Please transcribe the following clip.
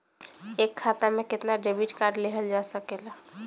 एक खाता से केतना डेबिट कार्ड लेहल जा सकेला?